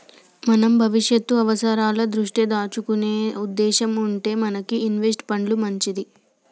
మనం భవిష్యత్తు అవసరాల దృష్ట్యా దాచుకునే ఉద్దేశం ఉంటే మనకి ఇన్వెస్ట్ పండ్లు మంచిది